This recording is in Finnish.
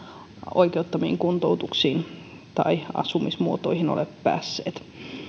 oikeuttamiin kuntoutuksiin tai asumismuotoihin ole päässyt